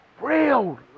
Real